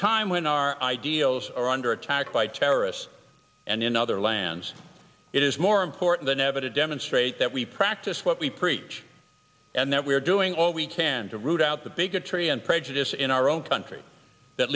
time when our ideals are under attack by terrorists and in other lands it is more important than ever to demonstrate that we practice what we preach and that we are doing all we can to root out the bigotry and prejudice in our own country that